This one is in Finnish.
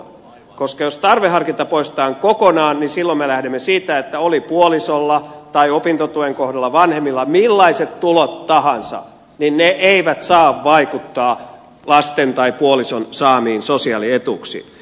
koska jos tarveharkinta poistetaan kokonaan me lähdemme silloin siitä että oli puolisolla tai opintotuen kohdalla vanhemmilla millaiset tulot tahansa ne eivät saa vaikuttaa lasten tai puolison saamiin sosiaalietuuksiin